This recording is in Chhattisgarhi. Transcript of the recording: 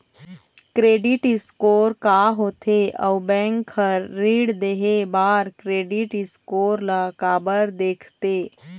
क्रेडिट स्कोर का होथे अउ बैंक हर ऋण देहे बार क्रेडिट स्कोर ला काबर देखते?